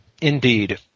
Indeed